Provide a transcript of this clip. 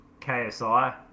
KSI